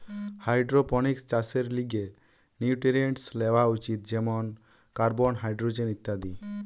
hydroponics চাষের লিগে nutrients লেওয়া উচিত যেমন কার্বন, হাইড্রোজেন ইত্যাদি